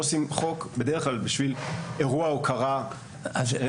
לא עושים חוק בדרך כלל בשביל אירוע הוקרה שנתי.